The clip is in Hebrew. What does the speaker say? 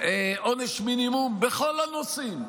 עונש מינימום בכל הנושאים.